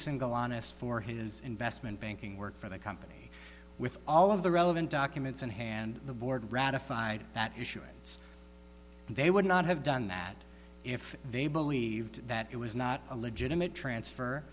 a single honest for his investment banking work for the company with all of the relevant documents in hand the board ratified that issuance and they would not have done that if they believed that it was not a legitimate transfer